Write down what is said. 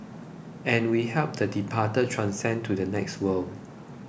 and we help the departed transcend to the next world